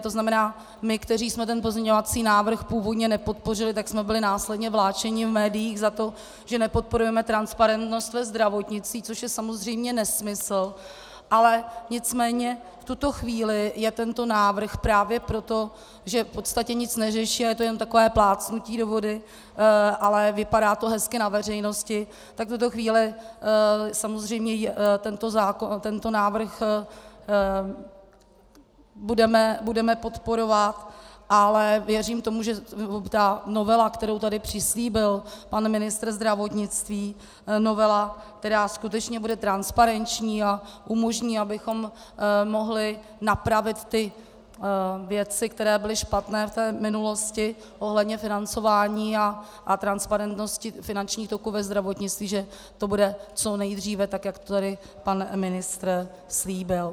To znamená my, kteří jsme ten pozměňovací návrh původně nepodpořili, jsme byli následně vláčeni v médiích za to, že nepodporujeme transparentnost ve zdravotnictví, což je samozřejmě nesmysl, nicméně v tuto chvíli je tento návrh právě proto, že v podstatě nic neřeší a je to jen takové plácnutí do vody, ale vypadá to hezky na veřejnosti, tak v tuto chvíli samozřejmě tento návrh budeme podporovat, ale věřím tomu, že novela, kterou tady přislíbil pan ministr zdravotnictví, novela, která skutečně bude transparenční a umožní, abychom mohli napravit věci, které byly špatné v minulosti ohledně financování a transparentnosti finančních toků ve zdravotnictví, že to bude co nejdříve, tak jak to tady pan ministr slíbil.